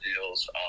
deals